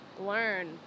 learn